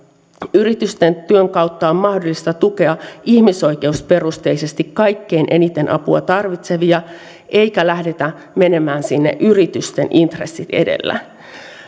yritysten työn kautta on mahdollista tukea ihmisoikeusperusteisesti kaikkein eniten apua tarvitsevia eikä lähdetä menemään sinne yritysten intressit edellä